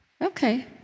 okay